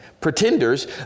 pretenders